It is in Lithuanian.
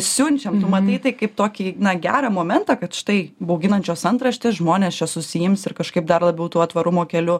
siunčiam tu matai tai kaip tokį na gerą momentą kad štai bauginančios antraštės žmonės čia susiims ir kažkaip dar labiau tuo tvarumo keliu